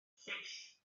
lleill